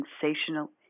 sensational